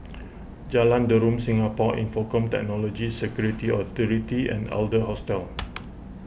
Jalan Derum Singapore Infocomm Technology Security Authority and Adler Hostel